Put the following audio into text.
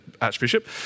archbishop